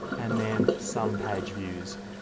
and then some page views.